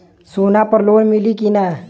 सोना पर लोन मिली की ना?